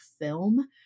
film